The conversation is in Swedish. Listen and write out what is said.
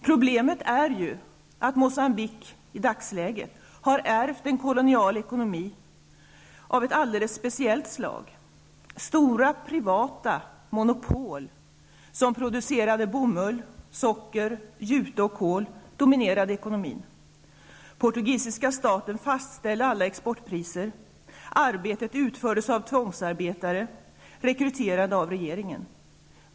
Problemet är ju att Moçambique har ärvt en kolonial ekonomi av ett speciellt slag. Stora, privata monopol, som producerade bomull, socker, jute och kol, dominerade ekonomin. Portugisiska staten fastställde alla exportpriser. Arbetet utfördes av tvångsarbetare, rekryterade av regeringen.